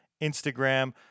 Instagram